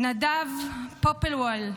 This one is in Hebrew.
נדב פופלוול,